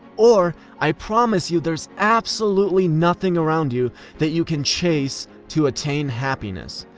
or, i promise you there's absolutely nothing around you that you can chase to attain happiness.